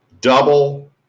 Double